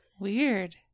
Weird